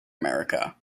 america